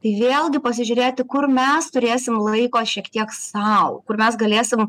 tai vėlgi pasižiūrėti kur mes turėsim laiko šiek tiek sau kur mes galėsim